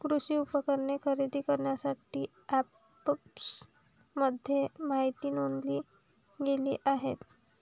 कृषी उपकरणे खरेदी करण्यासाठी अँपप्समध्ये पहिली नोंदणी केली जाते